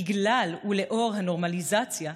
בגלל הנורמליזציה,